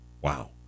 Wow